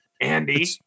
Andy